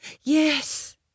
Yes